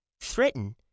Threaten